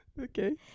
Okay